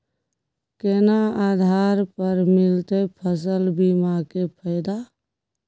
केना आधार पर मिलतै फसल बीमा के फैदा?